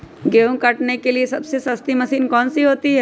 गेंहू काटने के लिए सबसे सस्ती मशीन कौन सी होती है?